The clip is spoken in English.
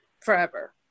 Forever